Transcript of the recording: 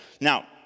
Now